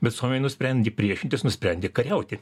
bet suomiai nusprendė priešintis nusprendė kariauti